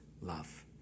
love